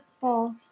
false